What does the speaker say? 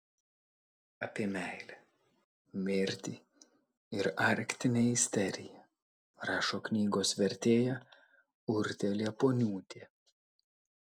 apie meilę mirtį ir arktinę isteriją rašo knygos vertėja urtė liepuoniūtė